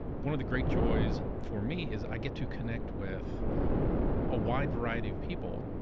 one of the great joys for me is i get to connect with a wide variety of people,